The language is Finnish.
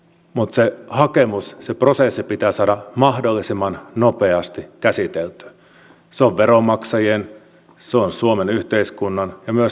tuossa jo edellisessä puheenvuorossa kiinnitin huomiota ict palvelujen kustannuksiin jotka ovat varsin korkeat olleet jo vuosikausia